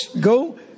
Go